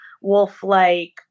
wolf-like